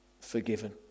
forgiven